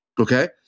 okay